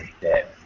dead